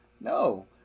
No